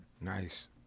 Nice